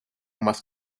más